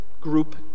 group